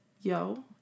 yo